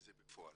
וזה בפועל.